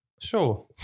Sure